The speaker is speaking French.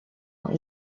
ont